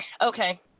Okay